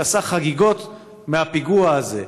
שעשה חגיגות מהפיגוע הזה.